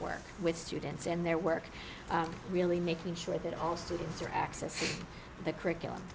work with students and their work really making sure that all students are accessing the curriculum